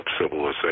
civilization